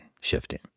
shifting